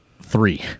three